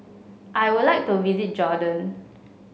I would like to visit Jordan